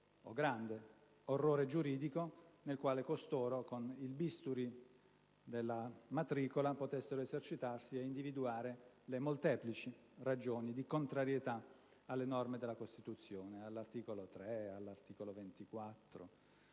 o grande - orrore giuridico nel quale costoro, con il bisturi della matricola, potessero esercitarsi ad individuare le molteplici ragioni di contrarietà alle norme della Costituzione, e in particolare agli articoli 3,